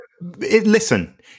Listen